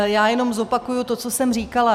Já jenom zopakuji to, co jsem říkala.